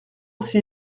aussi